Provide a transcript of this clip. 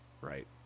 Right